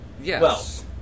Yes